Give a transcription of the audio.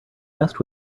best